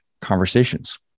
conversations